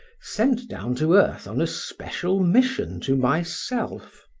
sent down to earth on a special mission to myself.